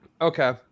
Okay